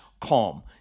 calm